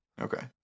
Okay